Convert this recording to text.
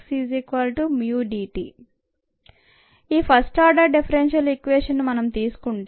dxxμdt ఈ first order differential ఈక్వేషన్ను మనం తీసుకుంటే